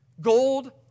Gold